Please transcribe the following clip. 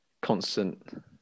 constant